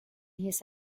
his